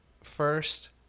first